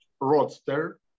roadster